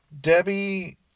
Debbie